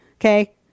okay